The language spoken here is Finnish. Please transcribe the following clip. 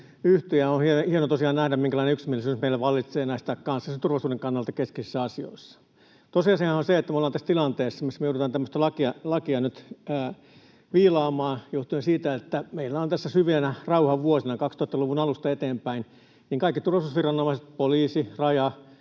On hienoa tosiaan nähdä, minkälainen yksimielisyys meillä vallitsee näissä kansallisen turvallisuuden kannalta keskeisissä asioissa. Tosiasiahan on se, että me ollaan tässä tilanteessa, missä me joudutaan tämmöistä lakia nyt viilaamaan, johtuen siitä, että meillä on syvinä rauhan vuosina 2000-luvun alusta eteenpäin kaikki turvallisuusviranomaiset — poliisi, Raja,